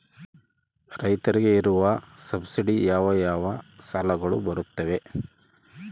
ರೈತರಿಗೆ ಇರುವ ಸಬ್ಸಿಡಿ ಯಾವ ಯಾವ ಸಾಲಗಳು ಬರುತ್ತವೆ?